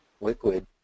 liquid